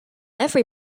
every